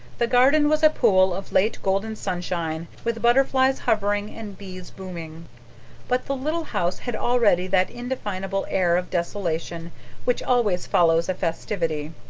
the garden was a pool of late golden sunshine, with butterflies hovering and bees booming but the little house had already that indefinable air of desolation which always follows a festivity.